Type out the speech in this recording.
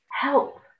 help